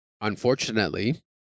unfortunately